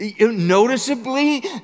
Noticeably